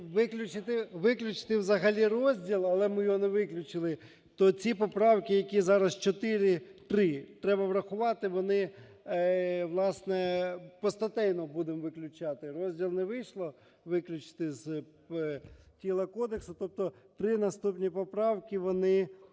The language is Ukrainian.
виключити взагалі розділ, але ми його не виключили, то ці поправки, які зараз чотири… три, треба врахувати. Вони, власне, постатейно будемо виключати, розділ не вийшло виключити з тіла кодексу. Тобто три наступні поправки, вони…